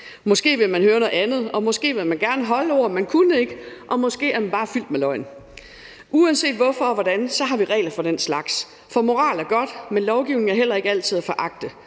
Måske vil man høre noget andet, og måske vil man gerne holde ord, men kunne ikke. Og måske er man bare fyldt med løgn. Uanset hvorfor og hvordan har vi regler for den slags, for moral er godt, men lovgivning er heller ikke altid at foragte.